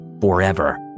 forever